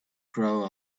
crow